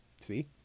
See